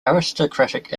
aristocratic